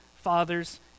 father's